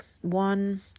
One